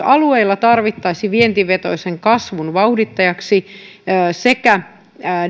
alueilla tarvittaisiin vientivetoisen kasvun vauhdittajaksi sekä